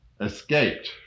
escaped